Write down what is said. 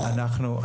החינוך ובבתי הספר?